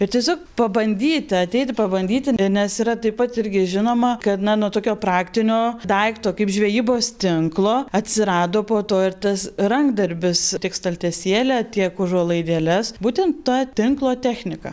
ir tiesiog pabandyti ateiti pabandyti nes yra taip pat irgi žinoma kad na nuo tokio praktinio daikto kaip žvejybos tinklo atsirado po to ir tas rankdarbis tiek staltiesėlę tiek užuolaidėles būtent ta tinklo technika